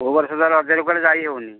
କେଉଁ ବର୍ଷ ତ ରଜରେ କୁଆଡ଼େ ଯାଇହେଉନି